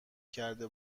کرده